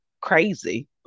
crazy